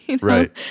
right